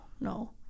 no